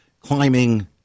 climbing